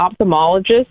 ophthalmologist